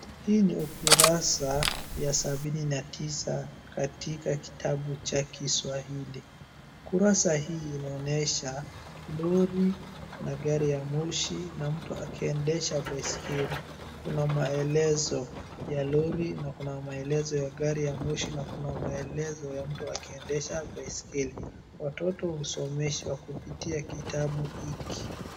Hii ni ukurasa ya sabini na tisa katika kitabu cha Kiswahili. Kurasa hii inaonesha lori na gari ya moshi na mtu akiendesha baiskeli. Kuna maelezo ya lori, na kuna maelezo ya gari ya moshi na kuna maelezo ya mtu akiendesha baiskeli. Watoto husomeshwa kupitia kitabu hiki.